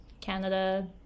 canada